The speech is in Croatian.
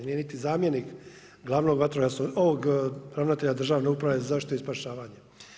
Nije niti zamjenik glavnog vatrogasnog, ovaj ravnatelja Državne uprave za zaštitu i spašavanje.